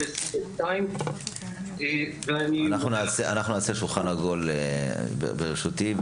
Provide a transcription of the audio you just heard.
אנחנו נעשה שולחן עגול בראשותי,